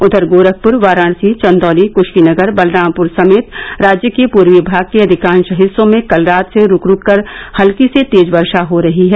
उप उप गोरखपुर वाराणसी चंदौली कुशीनगर बलरामपुर समेत राज्य के पूर्वी भाग के अधिकांश हिस्सों में कल रात से रूक रूक कर हल्की से तेज वर्षा हो रही है